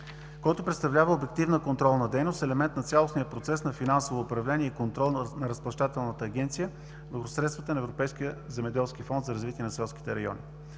който представлява обективна контролна дейност, елемент на цялостния процес на финансово управление и контрол на Разплащателната агенция върху средствата на Европейския земеделски фонд за развитие на селските райони.